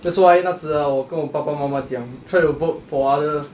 that's why 那时 ah 我跟我爸爸妈妈讲 try to vote for other